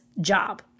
job